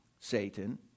Satan